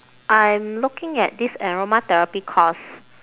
I'm looking at this aromatherapy course